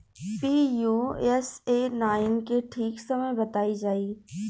Pusa nine के ठीक समय बताई जाई?